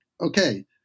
okay